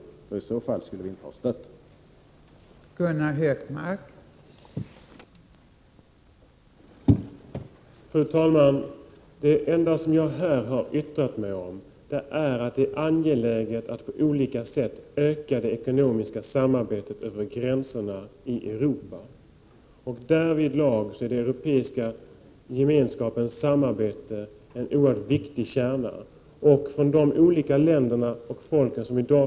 Hade vi gjort det skulle vi inte ha stött den.